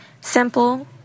simple